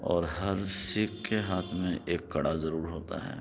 اور ہر سِکھ کے ہاتھ میں ایک کڑا ضرور ہوتا ہے